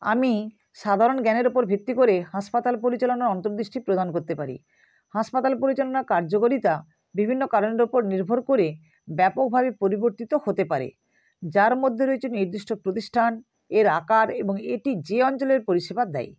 আমি সাধারণ জ্ঞানের উপর ভিত্তি করে হাসপাতাল পরিচালনার অন্তর্দৃষ্টি প্রদান করতে পারি হাসপাতাল পরিচালনার কার্যকরিতা বিভিন্ন কারণের উপর নির্ভর করে ব্যাপকভাবে পরিবর্তিত হতে পারে যার মধ্যে রয়েছে নির্দিষ্ট প্রতিষ্ঠান এর আকার এবং এটি যে অঞ্চলের পরিষেবা দেয়